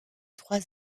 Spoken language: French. trois